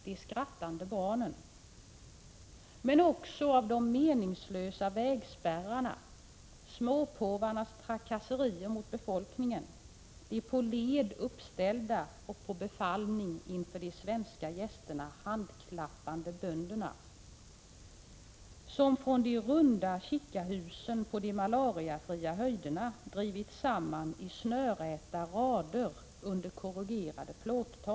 Men säkert har de också kvar bilderna av de meningslösa vägspärrarna, småpåvarnas trakasserier mot befolkningen och — på befallning inför de svenska gästerna — de på led uppställda, handklappande bönderna, som från de runda chicahusen på de malariafria höjderna drivits samman i snörräta rader under korrugerade plåttak.